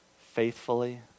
faithfully